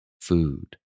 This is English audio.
food